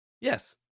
yes